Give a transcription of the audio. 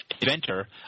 inventor